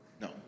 no